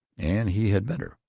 and he had met her,